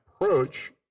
approach